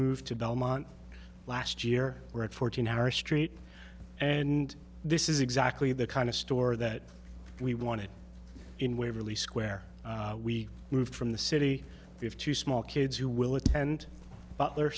moved to belmont last year we're at fourteen our street and this is exactly the kind of store that we wanted in waverly square we moved from the city we have two small kids who will attend